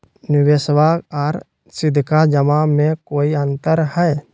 निबेसबा आर सीधका जमा मे कोइ अंतर हय?